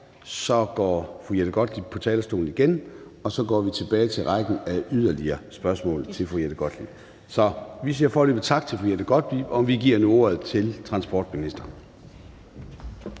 går fru Jette Gottlieb på talerstolen igen, og så går vi tilbage til rækken af yderligere spørgsmål til fru Jette Gottlieb. Så vi siger foreløbig tak til fru Jette Gottlieb, og vi giver nu ordet til transportministeren.